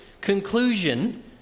conclusion